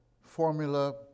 formula